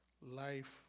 life